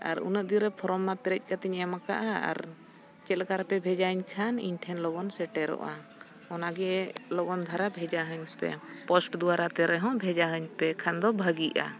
ᱟᱨ ᱩᱱᱟᱹᱜ ᱫᱤᱱᱨᱮ ᱯᱷᱚᱨᱚᱢ ᱢᱟ ᱯᱮᱨᱮᱡ ᱠᱟᱛᱮᱧ ᱮᱢ ᱟᱠᱟᱫᱟ ᱟᱨ ᱪᱮᱫ ᱞᱮᱠᱟ ᱨᱮᱯᱮ ᱵᱷᱮᱡᱟᱣᱟᱹᱧ ᱠᱷᱟᱱ ᱤᱧᱴᱷᱮᱱ ᱞᱚᱜᱚᱱ ᱥᱮᱴᱮᱨᱚᱜᱼᱟ ᱚᱱᱟᱜᱮ ᱞᱚᱜᱚᱱ ᱫᱷᱟᱨᱟ ᱵᱷᱮᱡᱟᱣᱟᱹᱧ ᱯᱮ ᱯᱳᱥᱴ ᱫᱟᱨᱟᱭᱼᱛᱮ ᱨᱮᱦᱚᱸ ᱵᱷᱮᱡᱟᱣᱟᱧ ᱯᱮ ᱠᱷᱟᱱ ᱫᱚ ᱵᱷᱟᱹᱜᱤᱜᱼᱟ